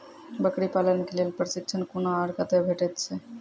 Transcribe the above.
बकरी पालन के लेल प्रशिक्षण कूना आर कते भेटैत छै?